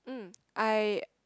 uh I